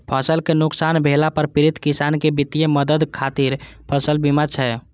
फसल कें नुकसान भेला पर पीड़ित किसान कें वित्तीय मदद खातिर फसल बीमा छै